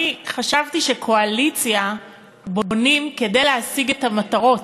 אני חשבתי שקואליציה בונים כדי להשיג את המטרות,